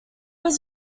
was